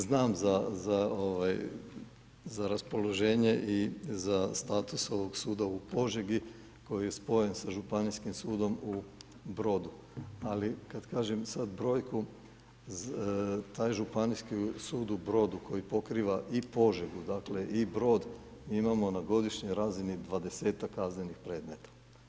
Znam za raspoloženje i za status ovog suda u Požegi koji je spojen sa Županijskim sudom u Brodu, ali kada kažem, sada brojku, taj Županijski sud u Brod, koji pokriva i Požegu i Brod, mi imamo na godišnjoj razini 20-tak kaznenih predmeta.